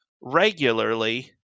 regularly